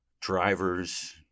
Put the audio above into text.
drivers